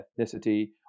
ethnicity